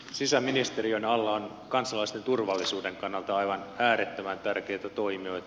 sisäministeriön alla on kansalaisten turvallisuuden kannalta aivan äärettömän tärkeitä toimijoita